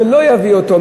הם לא יביאו אותו,